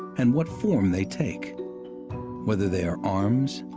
and what form they take whether they are arms,